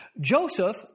Joseph